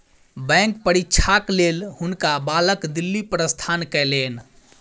bank परीक्षाक लेल हुनका बालक दिल्ली प्रस्थान कयलैन